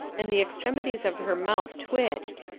and the extremities of her mouth twitched,